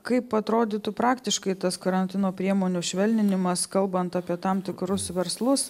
kaip atrodytų praktiškai tas karantino priemonių švelninimas kalbant apie tam tikrus verslus